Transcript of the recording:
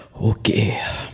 Okay